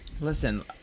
Listen